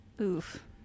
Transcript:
Oof